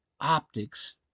optics